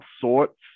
sorts